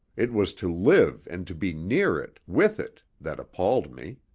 it was to live and to be near it, with it, that appalled me.